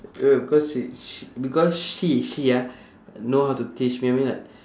ya because she sh~ because she she ah know how to teach me I mean like